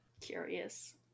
Curious